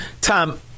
Tom